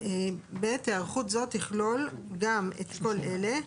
(ב)הערכות זו תכלול גם את כל אלה: